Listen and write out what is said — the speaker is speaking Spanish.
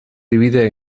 divide